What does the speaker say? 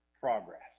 progress